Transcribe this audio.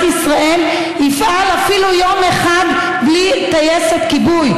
ישראל יפעל אפילו יום אחד בלי טייסת כיבוי.